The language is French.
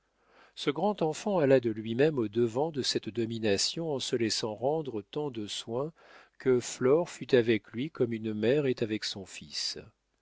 ce grand enfant alla de lui-même au-devant de cette domination en se laissant rendre tant de soins que flore fut avec lui comme une mère est avec son fils